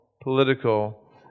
political